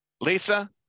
Lisa